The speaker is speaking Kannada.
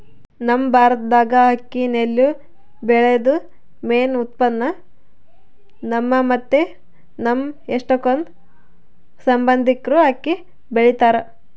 ನಮ್ ಭಾರತ್ದಾಗ ಅಕ್ಕಿ ನೆಲ್ಲು ಬೆಳ್ಯೇದು ಮೇನ್ ಉತ್ಪನ್ನ, ನಮ್ಮ ಮತ್ತೆ ನಮ್ ಎಷ್ಟಕೊಂದ್ ಸಂಬಂದಿಕ್ರು ಅಕ್ಕಿ ಬೆಳಿತಾರ